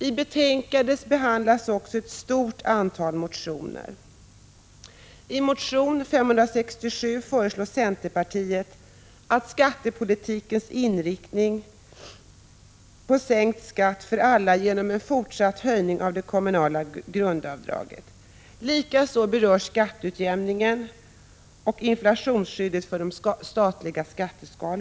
I betänkandet behandlas också ett stort antal motioner.